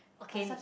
okay